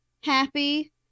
happy